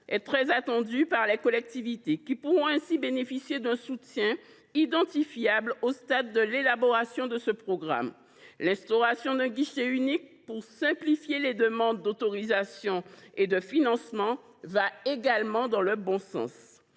est très attendue par les collectivités, qui pourront ainsi bénéficier d’un soutien identifiable au stade de l’élaboration de ce programme. L’instauration d’un guichet unique pour simplifier les demandes d’autorisation et de financement va également dans le bon sens.